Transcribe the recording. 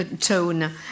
tone